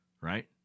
right